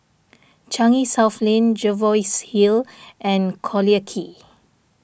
Changi South Lane Jervois Hill and Collyer Quay